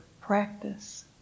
practice